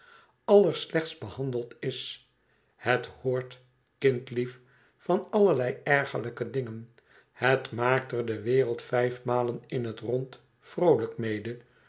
allerslechtst behandeld is het hoort kindlief van allerlei ergerlijke dingen het maakt er de wereld vijf mijlen in het rond vroolijk mede